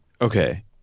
Okay